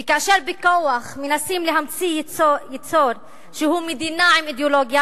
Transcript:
וכאשר בכוח מנסים להמציא יצור שהוא מדינה עם אידיאולוגיה,